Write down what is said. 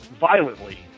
violently